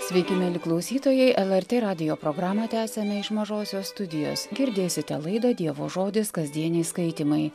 sveiki mieli klausytojai lrt radijo programą tęsiame iš mažosios studijos girdėsite laidą dievo žodis kasdieniai skaitymai